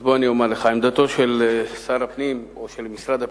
אז בוא ואומר לך את עמדתו של שר הפנים או של משרד הפנים: